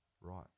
right